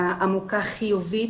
עמוקה, חיובית,